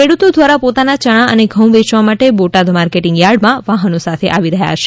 ખેડૂતો દ્વારા પોતાના ચણા અને ઘઉં વેચવા માટે બોટાદ માર્કેટિંગ યાર્ડમાં વાહનો સાથે આવી રહ્યા છે